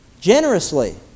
Generously